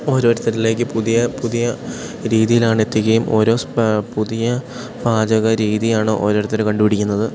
ഓരോരുത്തരിലേക്ക് പുതിയ പുതിയ രീതിയിലാണെത്തിക്കുകയും ഓരോ സ്പ പുതിയ പാചക രീതിയാണ് ഓരോരുത്തർ കണ്ടു പിടിക്കുന്നത്